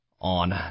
on